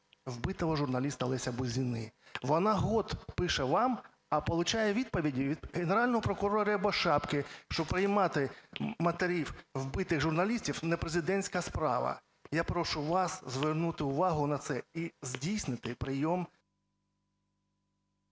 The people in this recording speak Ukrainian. вбитого журналіста Олеся Бузини, вона рік пише вам, а получає відповіді від Генерального прокурора Рябошапки, що приймати матерів вбитих журналістів – не президентська справа. Я прошу вас звернути увагу на це і здійснити прийом…